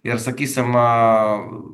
ir sakysim